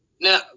Now